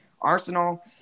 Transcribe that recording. Arsenal